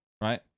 right